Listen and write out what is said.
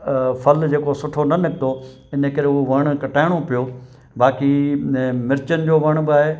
फल जेको सुठो न निकितो इन करे उहो वणु कटाइणो पियो बाक़ी न मिर्चनि जो वण बि आहे